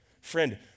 Friend